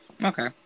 Okay